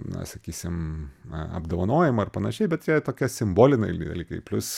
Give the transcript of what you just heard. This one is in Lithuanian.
na sakysim a apdovanojimą ar panašiai bet jei tokia simboliniai l dalykai plius